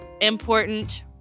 important